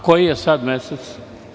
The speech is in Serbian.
Koji je sad mesec?